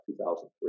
2003